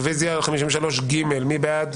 רביזיה על 38. מי בעד?